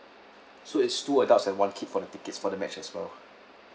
so is two adults and one kid for the tickets for the match as well